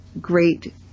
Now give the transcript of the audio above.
great